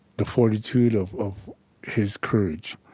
the fortitude of of his courage.